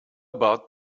about